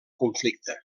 conflicte